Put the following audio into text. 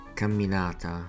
camminata